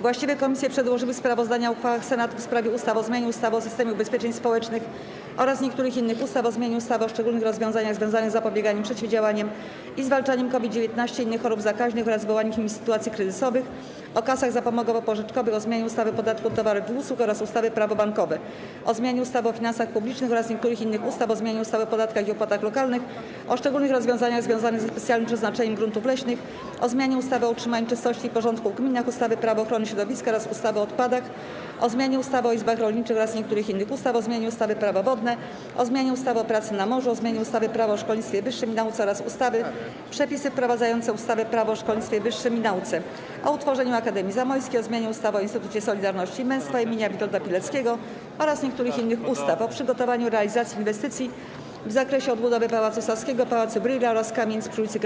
Właściwe komisje przedłożyły sprawozdania o uchwałach Senatu w sprawie ustaw: - o zmianie ustawy o systemie ubezpieczeń społecznych oraz niektórych innych ustaw, - o zmianie ustawy o szczególnych rozwiązaniach związanych z zapobieganiem, przeciwdziałaniem i zwalczaniem COVID-19, innych chorób zakaźnych oraz wywołanych nimi sytuacji kryzysowych, - o kasach zapomogowo-pożyczkowych, - o zmianie ustawy o podatku od towarów i usług oraz ustawy - Prawo bankowe, - o zmianie ustawy o finansach publicznych oraz niektórych innych ustaw, - o zmianie ustawy o podatkach i opłatach lokalnych, - o szczególnych rozwiązaniach związanych ze specjalnym przeznaczeniem gruntów leśnych, - o zmianie ustawy o utrzymaniu czystości i porządku w gminach, ustawy - Prawo ochrony środowiska oraz ustawy o odpadach, - o zmianie ustawy o izbach rolniczych oraz niektórych innych ustaw, - o zmianie ustawy - Prawo wodne, - o zmianie ustawy o pracy na morzu, - o zmianie ustawy - Prawo o szkolnictwie wyższym i nauce oraz ustawy - Przepisy wprowadzające ustawę - Prawo o szkolnictwie wyższym i nauce, - o utworzeniu Akademii Zamojskiej, - o zmianie ustawy o Instytucie Solidarności i Męstwa imienia Witolda Pileckiego oraz niektórych innych ustaw, - o przygotowaniu i realizacji inwestycji w zakresie odbudowy Pałacu Saskiego, Pałacu Brühla oraz kamienic przy ulicy